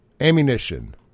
ammunition